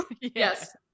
Yes